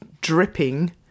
dripping